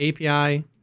API